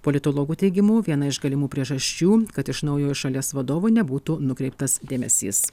politologų teigimu viena iš galimų priežasčių kad iš naujojo šalies vadovo nebūtų nukreiptas dėmesys